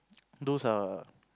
those are